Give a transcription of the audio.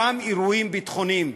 גם אירועים ביטחוניים.